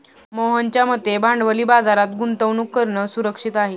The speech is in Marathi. मोहनच्या मते भांडवली बाजारात गुंतवणूक करणं सुरक्षित आहे